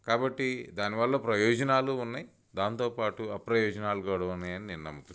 కాబట్టి దానివల్ల ప్రయోజనాలు ఉన్నాయి దానితోపాటు అప్రయోజనాలు కూడా ఉన్నాయని నేను నమ్ముతున్నాను